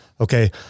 Okay